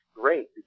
great